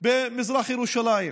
במזרח ירושלים.